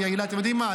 אתם יודעים מה?